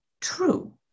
true